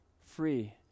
free